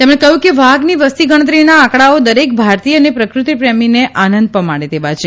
તેમણે કહ્યું કે વાઘની વસ્તી ગણતરીના આંકડાઓ દરેક ભારતીય અને પ્રકૃતિ પ્રેમીને આનંદ પમાડે તેવા છે